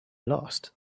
lost